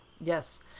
yes